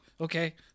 okay